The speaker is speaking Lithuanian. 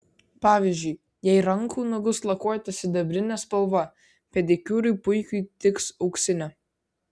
pavyzdžiui jei rankų nagus lakuojate sidabrine spalva pedikiūrui puikiai tiks auksinė